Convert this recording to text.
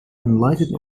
enlightened